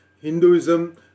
Hinduism